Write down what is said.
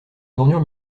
tournure